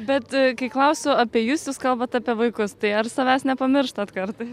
bet kai klausiu apie jus jūs kalbat apie vaikus tai ar savęs nepamirštat kartais